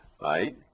right